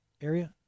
area